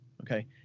Okay